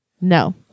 No